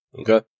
Okay